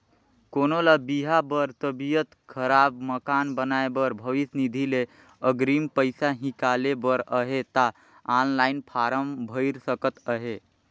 कोनो ल बिहा बर, तबियत खराब, मकान बनाए बर भविस निधि ले अगरिम पइसा हिंकाले बर अहे ता ऑनलाईन फारम भइर सकत अहे